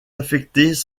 affectés